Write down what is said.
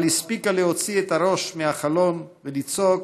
אבל הספיקה להוציא את הראש מהחלון ולצעוק: